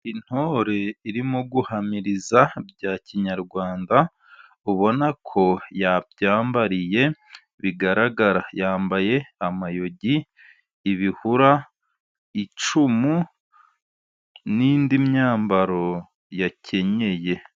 Intore irimo guhamiriza bya kinyarwanda, ubona ko yabyambariye bigaragara. Yambaye amayogi, ibihura, icumu n'indi myambaro yakenyeye.